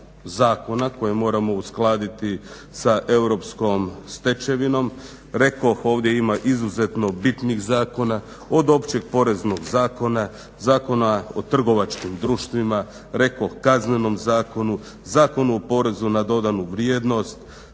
zakona koja moramo uskladiti sa europskom stečevinom. Rekoh ovdje ima izuzetno bitnih zakona od Općeg poreznog zakona, Zakona o trgovačkim društvima, Kaznenom zakonu, Zakonu o porezu na dodanu vrijednost,